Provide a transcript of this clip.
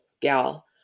gal